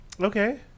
Okay